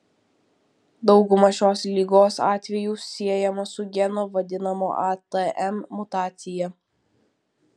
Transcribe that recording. dauguma šios ligos atvejų siejama su geno vadinamo atm mutacija